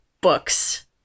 books